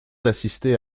d’assister